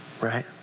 right